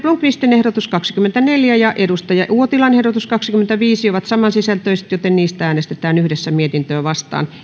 blomqvistin ehdotus kaksikymmentäneljä ja kari uotilan ehdotus kaksikymmentäviisi ovat samansisältöiset joten niistä äänestetään yhdessä mietintöä vastaan